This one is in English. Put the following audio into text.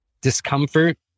discomfort